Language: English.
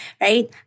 right